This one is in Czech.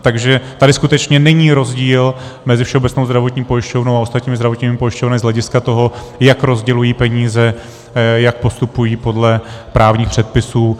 Takže tady skutečně není rozdíl mezi Všeobecnou zdravotní pojišťovnou a ostatními zdravotními pojišťovnami z hlediska toho, jak rozdělují peníze, jak postupují podle právních předpisů.